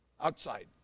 outside